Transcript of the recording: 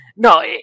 No